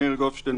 מאיר גופשטיין,